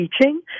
teaching